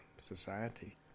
society